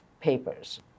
papers